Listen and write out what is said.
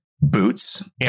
boots